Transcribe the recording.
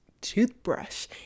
toothbrush